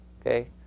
okay